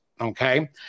Okay